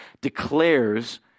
declares